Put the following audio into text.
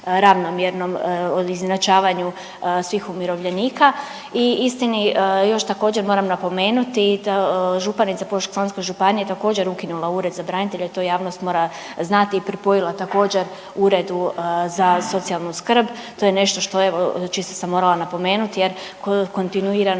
ravnomjernom izjednačavanju svih umirovljenika i istini. Još također moram napomenuti da županica Požeško-slavonske županije je također ukinula Ured za branitelje i to javnost mora znati i pripojila također uredu za socijalnu skrb, to je nešto što evo, čisto sam morala napomenuti jer kontinuirano